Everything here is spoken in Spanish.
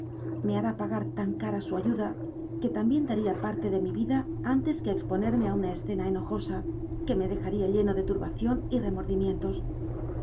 me hará pagar tan cara su ayuda que también daría parte de mi vida antes que ex ponerme a una escena enojosa que me dejaría lle no de turbación y remordimientos